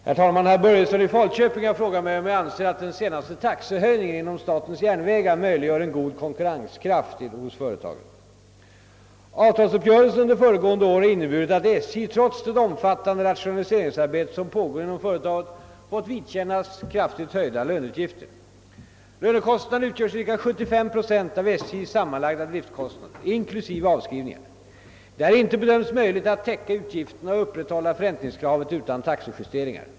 Herr talman! Herr Börjesson i Falköping har frågat mig, om jag anser att den senaste taxehöjningen inom statens järnvägar möjliggör en god konkurrenskraft hos företaget. Avtalsuppgörelsen under föregående år har inneburit att SJ, trots det omfattande rationaliseringsarbete som pågår inom företaget, fått vidkännas kraftigt höjda löneutgifter. Lönekostnaderna utgör cirka 75 procent av SJ:s sammanlagda driftkostnader inklusive avskrivningar. Det har inte bedömts möjligt alt täcka utgifterna och upprätthålla förräntningskravet utan taxejusteringar.